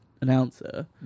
announcer